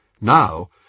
Now